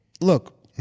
look